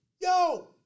yo